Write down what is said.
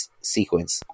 sequence